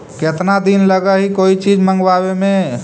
केतना दिन लगहइ कोई चीज मँगवावे में?